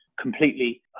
completely